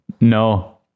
No